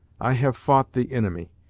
i have fou't the inimy,